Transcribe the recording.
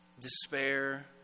despair